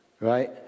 right